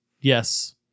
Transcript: yes